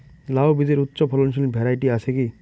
লাউ বীজের উচ্চ ফলনশীল ভ্যারাইটি আছে কী?